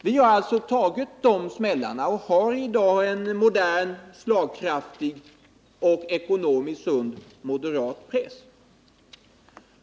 Vi har tagit de smällarna och har i dag en modern, slagkraftig och ekonomiskt sund moderat press.